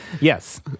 Yes